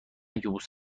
یبوست